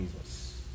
Jesus